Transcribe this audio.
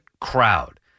crowd